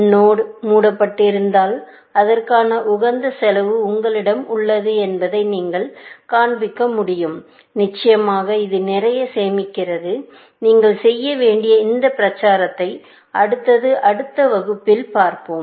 node மூடப்பட்டிருந்தால் அதற்கான உகந்த செலவு உங்களிடம் உள்ளது என்பதை நீங்கள் காண்பிக்க முடியும் நிச்சயமாக இது நிறைய சேமிக்கிறது நீங்கள் செய்ய வேண்டிய இந்த பிரச்சாரத்தை அடுத்தது அடுத்த வகுப்புகளில் பார்ப்போம்